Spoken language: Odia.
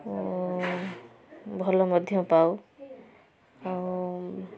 ଓ ଭଲ ମଧ୍ୟ ପାଉ ଆଉ